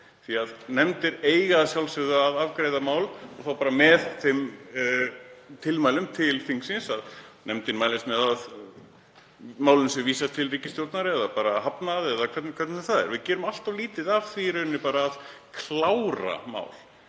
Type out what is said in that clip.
jákvætt. Nefndir eiga að sjálfsögðu að afgreiða mál og þá bara með þeim tilmælum til þingsins að nefndin mælist til þess að málinu verði vísað til ríkisstjórnar eða bara hafnað eða hvernig sem það er. Við gerum allt of lítið af því að klára mál.